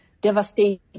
devastating